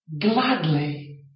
gladly